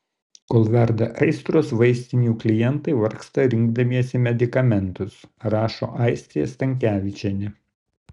kol verda aistros vaistinių klientai vargsta rinkdamiesi medikamentus rašo aistė stankevičienė